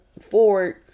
forward